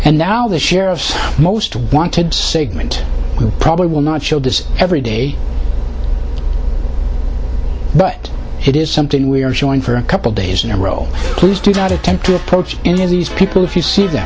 and now the sheriffs most wanted sigmond we probably will not show this every day but it is something we are showing for a couple days in a row please do not attempt to approach any of these people if you see th